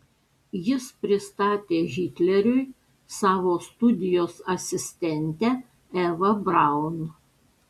jis pristatė hitleriui savo studijos asistentę evą braun